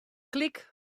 klik